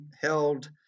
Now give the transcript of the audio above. held